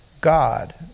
God